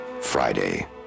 Friday